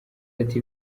ati